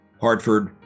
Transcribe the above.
Hartford